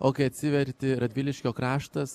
o kai atsiverti radviliškio kraštas